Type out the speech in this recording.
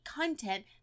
content